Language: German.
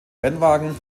rennwagen